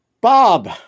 Bob